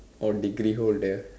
or degree holder